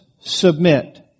submit